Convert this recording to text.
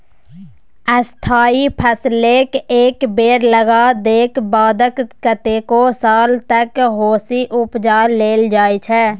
स्थायी फसलकेँ एक बेर लगा देलाक बाद कतेको साल तक ओहिसँ उपजा लेल जाइ छै